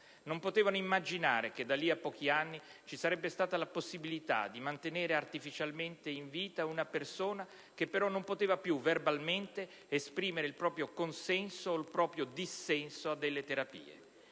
non potevano immaginare che da lì a pochi anni ci sarebbe stata la possibilità di mantenere artificialmente in vita una persona che, però, non poteva più verbalmente esprimere il proprio consenso o il proprio dissenso alle terapie.